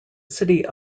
city